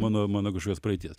mano mano kažkokios praeities